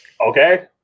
Okay